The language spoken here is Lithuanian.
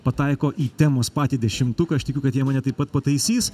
pataiko į temos patį dešimtuką aš tikiu kad jie mane taip pat pataisys